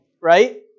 Right